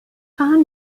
خواهم